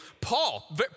Paul